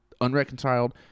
unreconciled